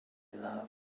love